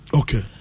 okay